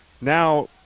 now